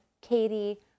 Katie